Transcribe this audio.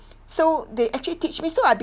so they actually teach me so I've